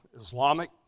Islamic